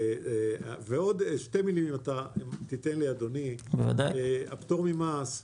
עוד שתי מילים, אם תיתן לי, אדוני: הפטור ממס,